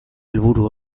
helburu